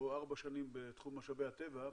או ארבע שנים בתחום משאבי הטבע,